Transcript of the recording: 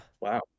Wow